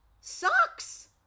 sucks